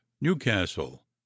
newcastle